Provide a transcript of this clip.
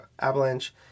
Avalanche